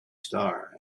star